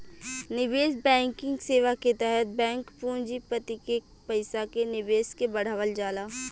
निवेश बैंकिंग सेवा के तहत बैंक पूँजीपति के पईसा के निवेश के बढ़ावल जाला